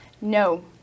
No